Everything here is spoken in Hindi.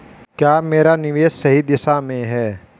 क्या मेरा निवेश सही दिशा में है?